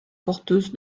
porteuse